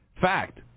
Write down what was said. Fact